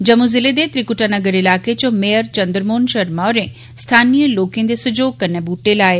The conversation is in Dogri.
जम्मू ज़िले दे त्रिकुटा नगर इलाके च मेयर चंद्र मोहन शर्मा होरें स्थानीय लोकें दे सहयोग कन्नै बूहटे लाए